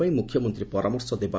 ପାଇଁ ମୁଖ୍ୟମନ୍ତୀ ପରାମର୍ଶ ଦେବ